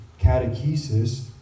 catechesis